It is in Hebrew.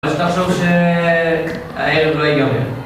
הכי חשוב שהערב לא ייגמר